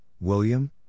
William